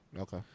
Okay